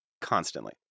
constantly